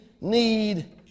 need